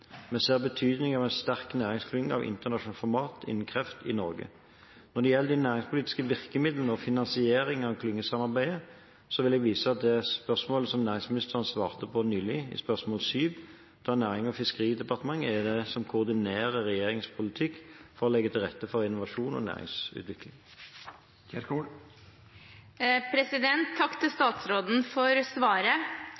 Vi ser betydningen av en sterk næringsklynge av internasjonalt format innen kreft i Norge. Når det gjelder de næringspolitiske virkemidlene og finansiering av klyngesamarbeidet, vil jeg vise til næringsministerens svar på spørsmål 7 nylig, da Nærings- og fiskeridepartementet koordinerer regjeringens politikk for å legge til rette for innovasjon og næringsutvikling. Takk til